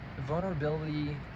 vulnerability